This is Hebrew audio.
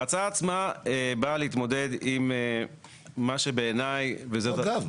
ההצעה עצמה באה להתמודד עם מה שבעיני --- אגב,